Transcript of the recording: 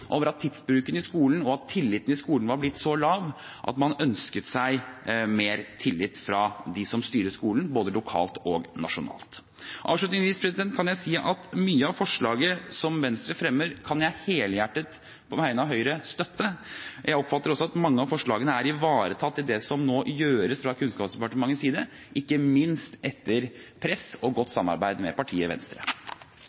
over tidsbruken i skolen og tilliten i skolen. Tilliten var lav, man ønsket seg mer tillit fra dem som styrer skolen, både lokalt og nasjonalt. Avslutningsvis vil jeg si at mye i det forslaget som Venstre fremmer, kan jeg på vegne av Høyre helhjertet støtte. Jeg oppfatter også at mye av det som forslaget går ut på, er ivaretatt av det som nå gjøres fra Kunnskapsdepartementets side, ikke minst etter press fra og godt samarbeid med partiet Venstre.